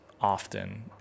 often